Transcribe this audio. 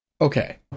Okay